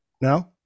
no